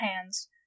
hands